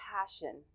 passion